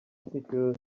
ethical